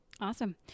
Awesome